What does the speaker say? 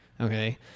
Okay